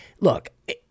Look